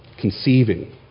conceiving